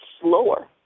slower